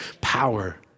power